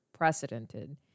precedented